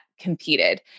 competed